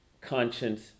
conscience